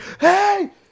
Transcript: Hey